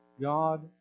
God